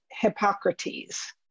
Hippocrates